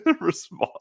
response